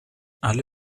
alle